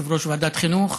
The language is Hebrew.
יושב-ראש ועדת החינוך,